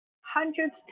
hundreds